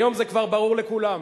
היום, זה כבר ברור לכולם.